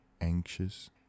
anxious